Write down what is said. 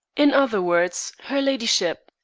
in other words, her ladyship,